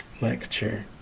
lecture